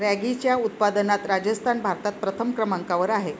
रॅगीच्या उत्पादनात राजस्थान भारतात प्रथम क्रमांकावर आहे